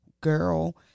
girl